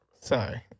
Sorry